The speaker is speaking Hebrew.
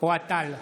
בהצבעה אוהד טל,